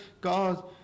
God